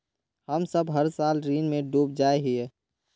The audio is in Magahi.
हम सब हर साल ऋण में डूब जाए हीये?